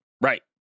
right